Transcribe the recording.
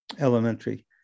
elementary